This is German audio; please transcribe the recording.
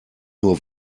nur